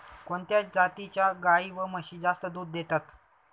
कोणत्या जातीच्या गाई व म्हशी जास्त दूध देतात?